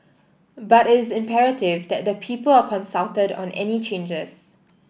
but it is imperative that the people are consulted on any changes